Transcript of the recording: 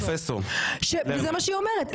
זה מה שהיא אומרת,